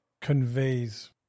conveys